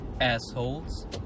assholes